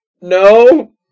No